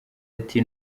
ati